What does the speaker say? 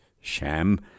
sham